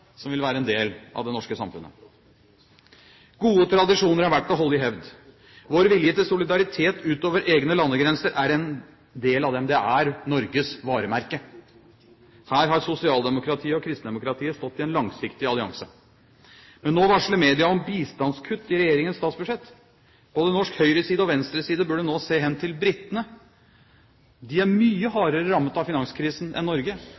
som vil være en del av det norske samfunnet. Gode tradisjoner er verdt å holde i hevd. Vår vilje til solidaritet utover egne landegrenser er en del av dem. Det er Norges varemerke. Her har sosialdemokratiet og kristendemokratiet stått i en langsiktig allianse. Men nå varsler media om bistandskutt i regjeringens statsbudsjett. Både norsk høyreside og norsk venstreside burde nå se hen til britene. De er mye hardere rammet av finanskrisen enn Norge.